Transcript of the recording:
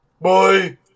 Bye